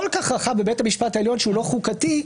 כך רחב בבית המשפט העליון שהוא לא חוקתי,